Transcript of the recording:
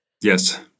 Yes